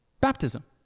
baptism